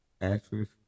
actress